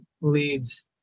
leads